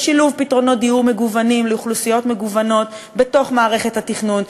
לשילוב פתרונות דיור מגוונים לאוכלוסיות מגוונות בתוך מערכת התכנון,